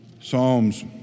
Psalms